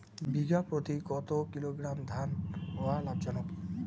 বিঘা প্রতি কতো কিলোগ্রাম ধান হওয়া লাভজনক?